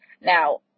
Now